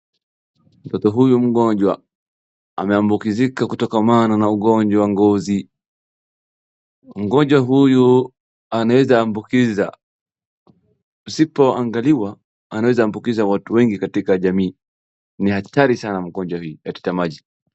Mtoto huyu mgonjwa ameambukizika kutokama na ugonjwa wa ngozi. Mgonjwa huyu anaweza ambukiza, asipoangaliwa anaweza ambukiza watu wengi katika jamii. Ni hatari sana mgonjwa hii ya tetemaji.